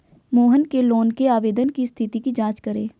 मोहन के लोन के आवेदन की स्थिति की जाँच करें